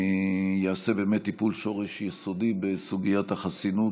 ייעשה טיפול שורש יסודי בסוגיית החסינות